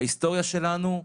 בהיסטוריה שלנו,